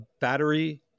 battery